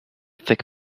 thick